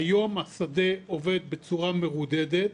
והיום השדה עובד בצורה מרודדת.